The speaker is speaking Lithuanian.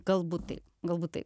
galbūt tai galbūt taip